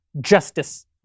justice